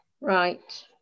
Right